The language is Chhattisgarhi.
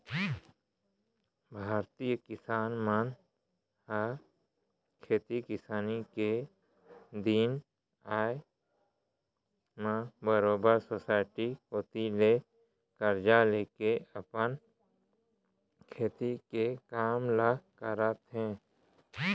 भारतीय किसान मन ह खेती किसानी के दिन आय म बरोबर सोसाइटी कोती ले करजा लेके अपन खेती के काम ल करथे